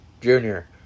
Junior